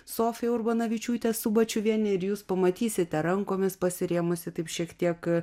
sofija urbanavičiūtė subačiuvienė ir jūs pamatysite rankomis pasirėmusi taip šiek tiek